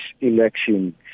election